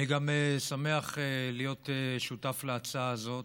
אני גם שמח להיות שותף להצעה הזאת